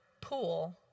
pool